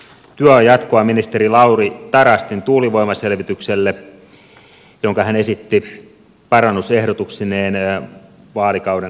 työ on jatkoa ministeri lauri tarastin tuulivoimaselvitykselle jonka hän esitti parannusehdotuksineen vaalikauden alussa